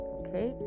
okay